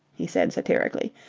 he said satirically,